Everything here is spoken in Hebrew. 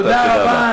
תודה רבה.